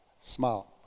Smile